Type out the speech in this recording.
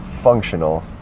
functional